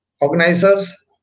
organizers